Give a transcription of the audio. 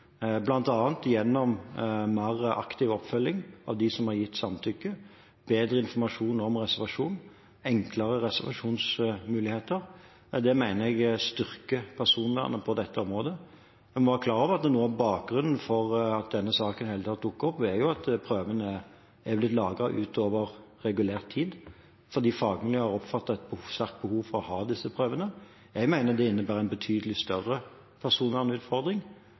gjennom en mer aktiv oppfølging av dem som har gitt samtykke, bedre informasjon om reservasjon, enklere reservasjonsmuligheter. Det mener jeg styrker personvernet på dette området. Vi må være klar over at noe av bakgrunnen for at denne saken i det hele tatt dukket opp, er at prøvene er blitt lagret utover regulert tid fordi fagmiljøene oppfattet at de hadde et sterkt behov for å ha disse prøvene. Jeg mener det innebærer en betydelig større personvernutfordring